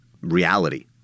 reality